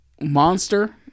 Monster